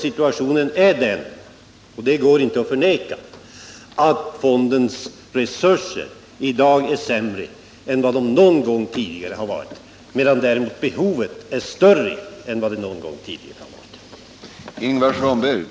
Situationen är ju den — det går inte att förneka — att fondens resurser i dag är sämre än vad de någon gång tidigare har varit, medan behoven däremot är större än vad de någon gång tidigare har varit.